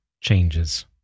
changes